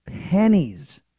Pennies